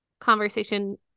conversation